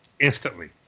instantly